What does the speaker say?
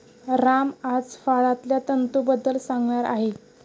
राम आज फळांतल्या तंतूंबद्दल सांगणार आहे